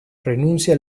renuncia